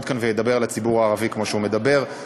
כאן וידבר על הציבור הערבי כמו שהוא מדבר.